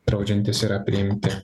draudžiantys yra priimti